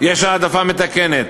יש העדפה מתקנת,